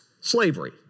slavery